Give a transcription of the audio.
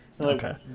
Okay